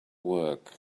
work